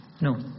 no